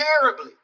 terribly